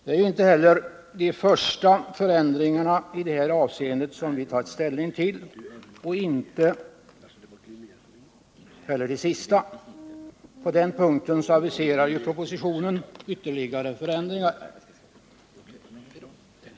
Det är ju inte de första förändringarna i det avseendet som vi tagit ställning till, och inte heller de sista. På den punkten aviserar propositionen ytterligare förändringar.